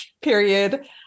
period